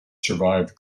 survived